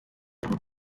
promu